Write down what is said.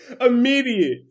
immediate